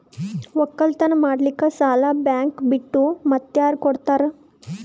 ಒಕ್ಕಲತನ ಮಾಡಲಿಕ್ಕಿ ಸಾಲಾ ಬ್ಯಾಂಕ ಬಿಟ್ಟ ಮಾತ್ಯಾರ ಕೊಡತಾರ?